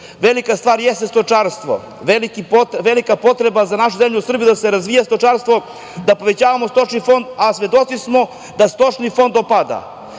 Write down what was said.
velika stvar jeste stočarstvo. Velika potreba za našu zemlju Srbiju da se razvija stočarstvo, da povećavamo stočni fond, a svedoci smo da stočni fond opada.